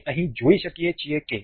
આપણે અહીં જોઈ શકીએ છીએ